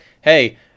hey